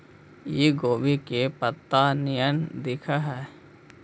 इ गोभी के पतत्ता निअन दिखऽ हइ